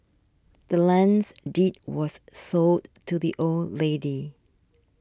the land's deed was sold to the old lady